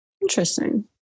Interesting